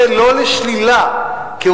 אני אומר את זה לא לשלילה, כעובדה.